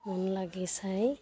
মন লাগি চাই